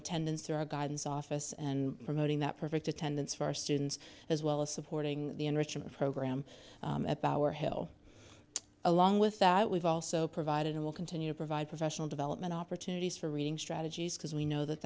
attendance through our guidance office and promoting that perfect attendance for our students as well as supporting the enrichment program at power hill along with that we've also provided and will continue to provide professional development opportunities for reading strategies because we know that